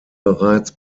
bereits